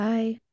Bye